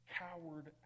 coward